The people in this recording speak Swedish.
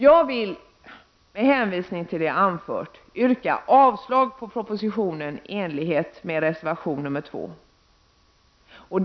Jag vill med hänvisning till det jag anfört yrka bifall till reservation nr 2, vilket innebär att jag yrkar avslag på propositionen.